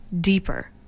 deeper